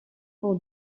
pour